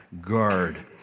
guard